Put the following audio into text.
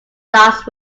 last